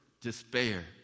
despair